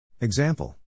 Example